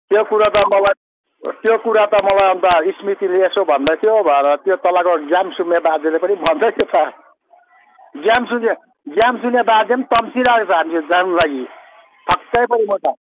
त्यो कुरा त मलाई त्यो कुरा त मलाई अन्त स्मृतिले यसो भन्दैथियो भनेर त्यो तलको ज्ञानशून्य बाजेले पनि भन्दैथियो त ज्ञानशून्य ज्ञानशून्य बाजे पनि तम्सिरहेको छ हामीसित जानुको लागि छक्कै परेँ म त